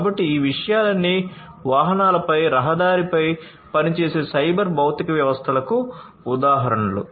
కాబట్టి ఈ విషయాలన్నీ వాహనాలపై రహదారిపై పనిచేసే సైబర్ భౌతిక వ్యవస్థలకు ఉదాహరణలు